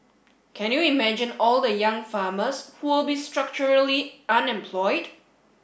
can you imagine all the young farmers who will be structurally unemployed